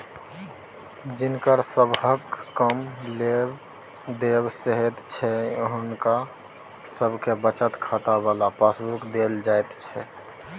जिनकर सबहक कम लेब देब रहैत छै हुनका सबके बचत खाता बला पासबुक देल जाइत छै